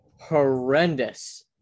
horrendous